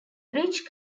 rich